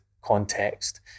context